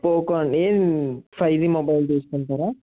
Poco అండి M five G mobile తీసుకుంటారా